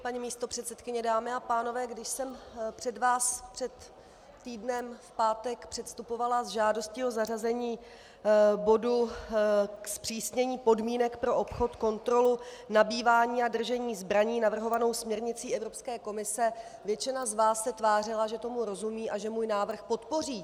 Paní místopředsedkyně, dámy a pánové, když jsem před vás před týdnem v pátek předstupovala s žádostí o zařazení bodu zpřísnění podmínek pro obchod, kontrolu, nabývání a držení zbraní navrhované směrnicí Evropské komise, většina z vás se tvářila, že tomu rozumí a že můj návrh podpoří.